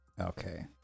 Okay